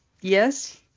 yes